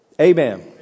Amen